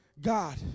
God